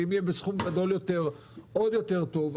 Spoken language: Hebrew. אם יהיה בסכום גדול יותר, עוד יותר טוב.